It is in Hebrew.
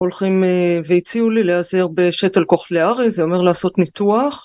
הולכים והציעו לי להיעזר בשתל קוכליארי להרי זה אומר לעשות ניתוח